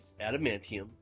adamantium